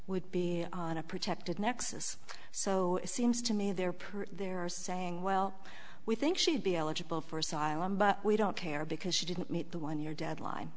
would be on a protected nexus so it seems to me there per they're saying well we think she'd be eligible for asylum but we don't care because she didn't meet the one year deadline